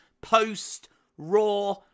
post-RAW